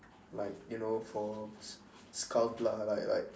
like you know for s~ scald lah like like